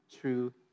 true